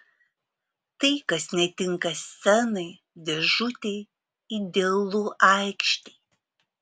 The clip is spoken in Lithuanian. tai kas netinka scenai dėžutei idealu aikštei